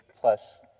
plus